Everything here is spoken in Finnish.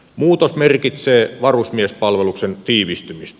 muutos merkitsee varusmiespalveluksen tiivistymistä